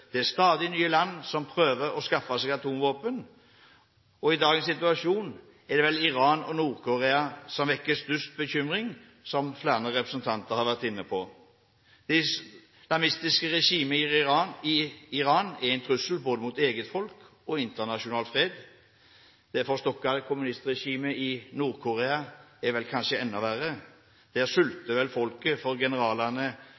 Det er stadig nye land som prøver å skaffe seg atomvåpen. I dagens situasjon er det vel Iran og Nord-Korea som vekker størst bekymring, som flere representanter har vært inne på. Det islamistiske regimet i Iran er en trussel både mot eget folk og internasjonal fred. Det forstokkede kommunistregimet i Nord-Korea er vel kanskje enda verre.